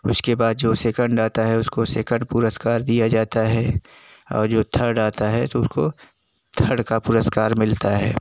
उसके बाद जो सेकंड आता है उसको सेकंड पुरस्कार दिया जाता है और जो थर्ड आता है तो उतको थर्ड का पुरस्कार मिलता है